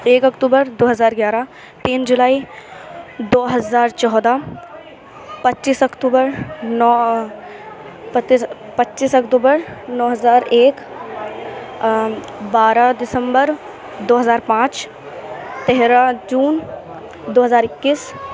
ایک اکتوبر دو ہزار گیارہ تین جولائی دو ہزار چودہ پچیس اکتوبر نوہ پچیس پچیس اکتوبر نو ہزار ایک بارہ دسمبر دو ہزا پانچ تیرہ جون دو ہزار اکیس